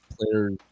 players